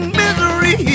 misery